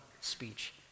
speech